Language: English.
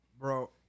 Bro